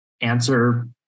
answer